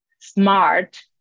smart